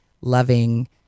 loving